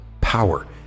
power